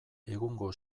egungo